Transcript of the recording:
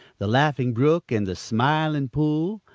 the laughing brook and the smiling pool,